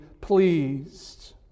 pleased